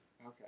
Okay